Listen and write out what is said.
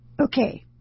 Okay